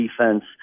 defense